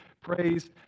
praise